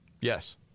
yes